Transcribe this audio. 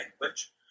language